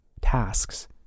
tasks